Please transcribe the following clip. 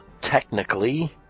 technically